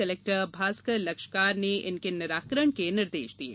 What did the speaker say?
collector Bhaskar Lakshakar ने इनके निराकरण के निर्देश दिये